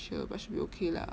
sure but should be okay lah